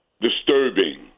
disturbing